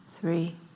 three